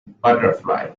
butterfly